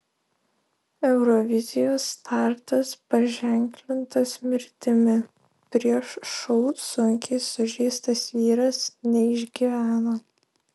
eurovizijos startas paženklintas mirtimi prieš šou sunkiai sužeistas vyras neišgyveno